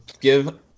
give